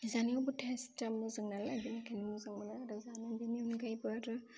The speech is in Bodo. जानायावबो टेस्टआ मोजां नालाय बेनिखायनो मोजां मोनो आरो जानो बेनि अनगायैबो आरो